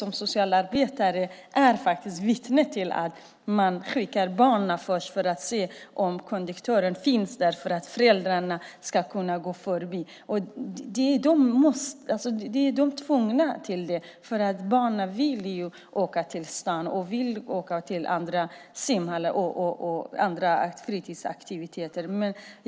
Som socialarbetare har jag blivit vittne till att man först skickat barnen för att se att inte konduktören finns på plats så att föräldrarna sedan kunnat gå förbi spärren. Det är de tvungna till eftersom barnen vill åka till stan, simhallen eller andra fritidsaktiviteter.